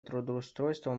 трудоустройства